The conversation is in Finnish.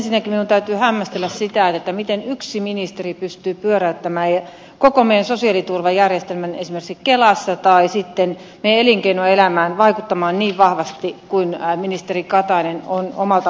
ensinnäkin minun täytyy hämmästellä sitä miten yksi ministeri pystyy pyöräyttämään koko meidän sosiaaliturvajärjestelmämme esimerkiksi kelassa tai sitten vaikuttamaan meidän elinkeinoelämäämme niin vahvasti kuin ministeri katainen on omalta osaltaan tehnyt